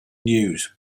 news